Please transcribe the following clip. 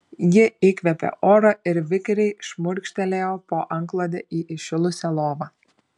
ji įkvėpė oro ir vikriai šmurkštelėjo po antklode į įšilusią lovą